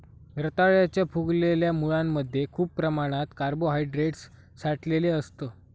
रताळ्याच्या फुगलेल्या मुळांमध्ये खूप प्रमाणात कार्बोहायड्रेट साठलेलं असतं